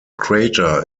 crater